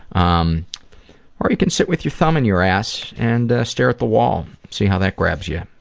um or you can sit with your thumb in your ass and stare at the wall. see how that grabs ya. oh,